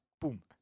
boom